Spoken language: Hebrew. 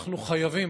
אנחנו חייבים,